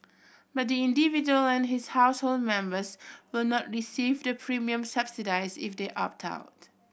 but the individual and his household members will not receive the premium subsidies if they opt out